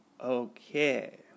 Okay